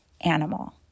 animal